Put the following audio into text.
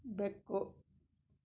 ಬೆಕ್ಕು